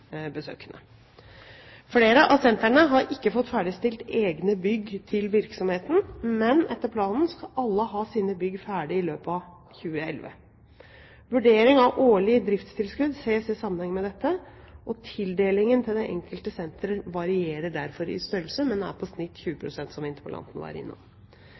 virksomheten, men etter planen skal alle ha sine bygg ferdig i løpet av 2011. Vurdering av årlig driftstilskudd ses i sammenheng med dette, og tildelingen til det enkelte senteret varierer derfor i størrelse, men er i snitt på 20 pst., som interpellanten var innom.